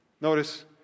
notice